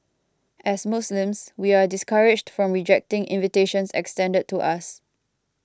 as Muslims we are discouraged from rejecting invitations extended to us